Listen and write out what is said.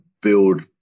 build